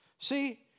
See